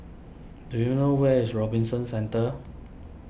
do you know where is Robinson Centre